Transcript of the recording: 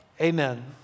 amen